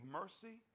mercy